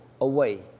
away